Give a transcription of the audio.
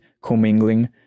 commingling